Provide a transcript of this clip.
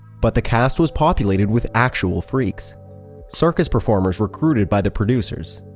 but the cast was populated with actual freaks circus performers recruited by the producers,